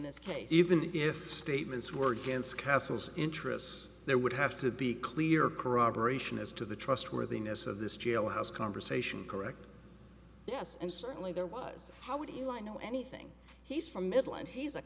this case even if statements were against castle's interests there would have to be clear corroboration as to the trustworthiness of this jailhouse conversation correct yes and certainly there was how would you i know anything he's from midland he's